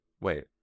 Wait